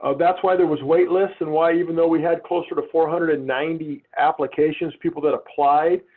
ah that's why there was wait lists and why, even though we had closer to four hundred and ninety applications, people that applied,